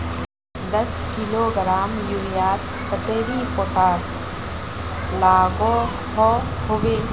दस किलोग्राम यूरियात कतेरी पोटास लागोहो होबे?